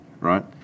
right